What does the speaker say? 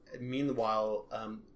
meanwhile